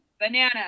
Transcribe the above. banana